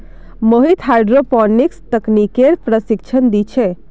Mohit hydroponics तकनीकेर प्रशिक्षण दी छे